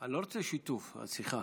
אני לא רוצה שיתוף של השיחה.